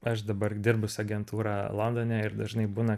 aš dabar dirbu su agentūra londone ir dažnai būna